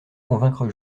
convaincre